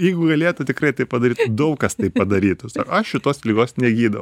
jeigu galėtų tikrai taip padaryt daug kas taip padarytų aš šitos ligos negydau